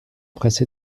presse